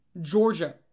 Georgia